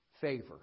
favor